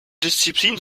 disziplin